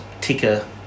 ticker